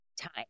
time